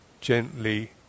gently